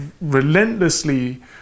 relentlessly